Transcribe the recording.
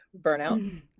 burnout